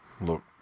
Look